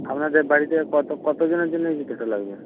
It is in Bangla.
আপনাদের বাড়িতে কতো কতো জনের জন্য ওই জুতোটা লাগবে